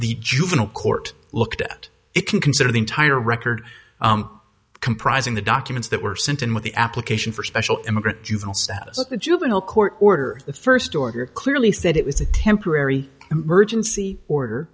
the juvenile court looked at it can consider the entire record comprising the documents that were sent in with the application for special immigrant juvenile juvenile court order the first order clearly said it was a temporary emergency order